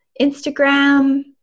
Instagram